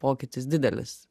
pokytis didelis